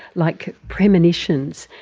like premonitions.